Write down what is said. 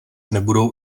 nebudou